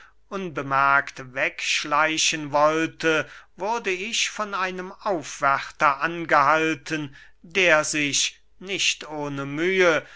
unbemerkt wegschleichen wollte wurde ich von einem aufwärter angehalten der sich nicht ohne mühe